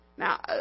Now